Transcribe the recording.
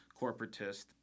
corporatist